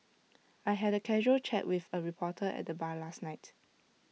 I had A casual chat with A reporter at the bar last night